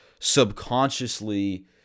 subconsciously